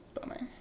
bummer